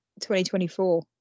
2024